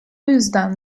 yüzden